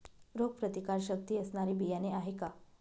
रोगप्रतिकारशक्ती असणारी बियाणे आहे का?